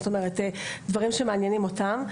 זאת אומרת דברים שמעניינים אותם.